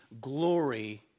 glory